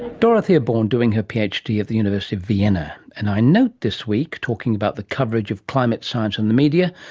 dorothea born, doing her phd at the university of vienna. and i note this week, talking about the coverage of climate science in the media,